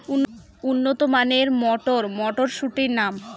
উন্নত মানের মটর মটরশুটির নাম?